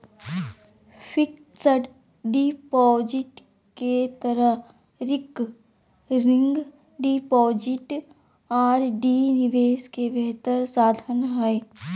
fixed deposit के तरह recurring deposit RD निवेश के बेहतर साधन हइ